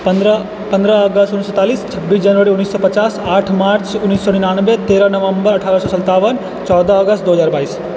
पन्द्रह अगस्त उन्नैस सए सैंतालीस छब्बीस जनवरी उन्नैस सए पचास आठ मार्च उन्नैस सए निनानबे तेरह नवम्बर अठारह सए संतावन चौदह अगस्त दू हजार बाइस